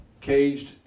caged